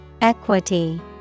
Equity